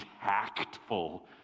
tactful